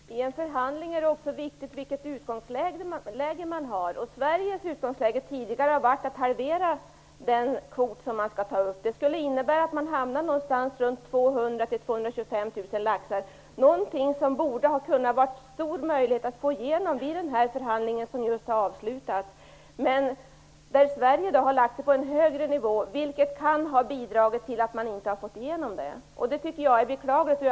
Fru talman! I en förhandling är det också viktigt vilket utgångsläge man har. Sveriges utgångsläge tidigare har varit att halvera kvoten. Det skulle innebära att man hamnade någonstans kring 200 000 225 000 laxar, någonting som det borde ha varit möjligt att få igenom vid den förhandling som just har avslutats. Men Sverige har lagt sig på en högre nivå, vilket kan ha bidragit till att man nu inte fått igenom förslaget. Det tycker jag är beklagligt.